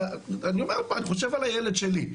אני חושב על הילד שלי,